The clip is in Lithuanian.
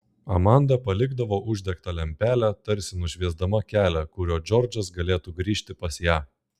amanda palikdavo uždegtą lempelę tarsi nušviesdama kelią kuriuo džordžas galėtų grįžti pas ją